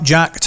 Jack